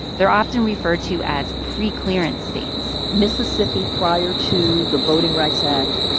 they're often referred to as preclearance states mississippi, prior to the voting rights act,